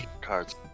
cards